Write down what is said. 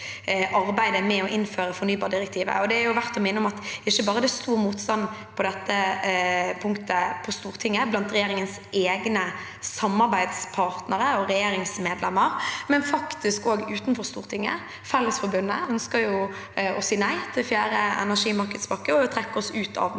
arbeidet med å innføre fornybardirektivet. Det er verdt å minne om at det ikke bare er stor motstand på dette punktet på Stortinget, blant regjeringens egne samarbeidspartnere og regjeringsmedlemmer, men faktisk også utenfor Stortinget. Fellesforbundet ønsker å si nei til fjerde energimarkedspakke og vil trekke oss ut av den